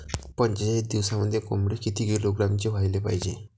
पंचेचाळीस दिवसामंदी कोंबडी किती किलोग्रॅमची व्हायले पाहीजे?